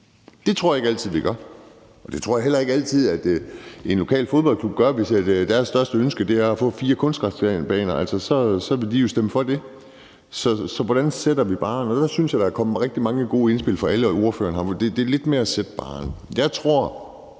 Det tror jeg ikke altid vi gør. Det tror jeg heller ikke altid man gør i en lokal fodboldklub, hvis deres største ønske er at få fire kunstgræsbaner; altså, så vil de jo stemme for det. Så hvor sætter vi barren? Der synes jeg, der er kommet rigtig mange gode indspil fra alle ordførerne her. Men det handler lidt om at sætte barren.